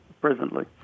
presently